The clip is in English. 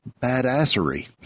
badassery